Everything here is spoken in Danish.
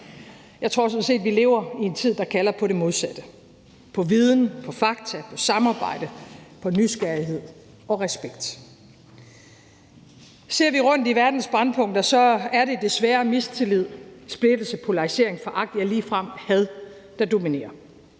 set, at vi lever i en tid, der kalder på det modsatte: på viden, på fakta, på samarbejde, på nysgerrighed og respekt. Kl. 09:22 Ser vi rundt i verdens brændpunkter, er det desværre mistillid, splittelse, polarisering, foragt, ja, ligefrem had, der dominerer.